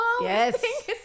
Yes